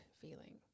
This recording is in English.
Feeling